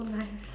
it's so nice